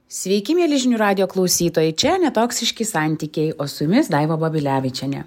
sveiki mieli žinių radijo klausytojai čia netoksiški santykiai o su jumis daiva babilevičienė